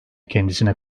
kendisine